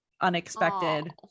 unexpected